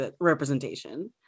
representation